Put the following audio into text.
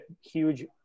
huge